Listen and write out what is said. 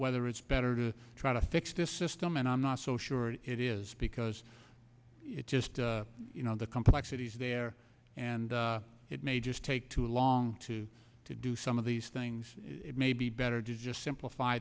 whether it's better to try to fix this system and i'm not so sure it is because it's just you know the complexities there and it may just take too long to to do some of these things it may be better to just simplify